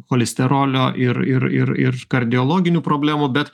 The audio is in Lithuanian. cholesterolio ir ir ir ir kardiologinių problemų bet